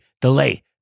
delay